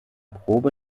probe